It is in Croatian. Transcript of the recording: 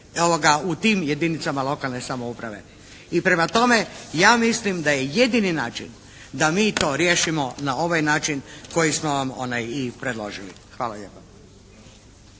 u tim jedinicama lokalne samouprave. I prema tome, ja mislim da je jedini način da mi to riješimo na ovaj način koji smo vam i predložili. Hvala lijepa.